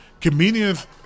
comedians